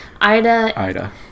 Ida